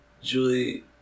Julie